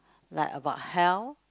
like about health